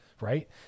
right